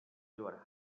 your